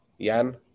Jan